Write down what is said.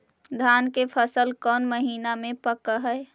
धान के फसल कौन महिना मे पक हैं?